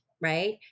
right